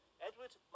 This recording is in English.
Edward